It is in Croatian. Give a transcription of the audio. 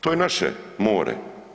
To je naše more.